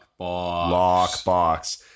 Lockbox